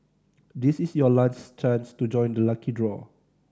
this is your last chance to join the lucky draw